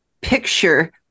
picture